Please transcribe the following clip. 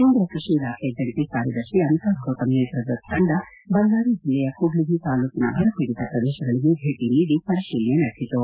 ಕೇಂದ್ರ ಕೃಷಿ ಇಲಾಖೆಯ ಜಂಟ ಕಾರ್ಯದರ್ತಿ ಅಮಿತಾಬ್ ಗೌತಮ್ ನೇತೃತ್ವದ ತಂಡ ಬಳ್ಳಾರಿ ಜಿಲ್ಲೆಯ ಕೂಡ್ಲಿಗಿ ತಾಲ್ಲೂಕಿನ ಬರ ಪೀಡಿತ ಪ್ರದೇಶಗಳಿಗೆ ಭೇಟಿ ನೀಡಿ ಪರಿಶೀಲನೆ ನಡೆಸಿತು